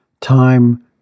time